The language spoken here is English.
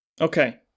okay